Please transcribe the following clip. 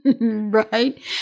right